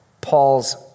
Paul's